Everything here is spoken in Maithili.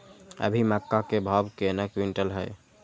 अभी मक्का के भाव केना क्विंटल हय?